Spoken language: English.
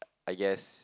I guess